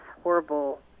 horrible